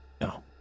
No